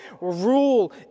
rule